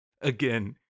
again